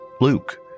Luke